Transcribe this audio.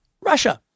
Russia